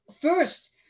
first